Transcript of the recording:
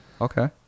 Okay